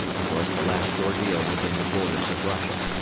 it was the last ordeal within the borders of russia.